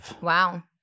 Wow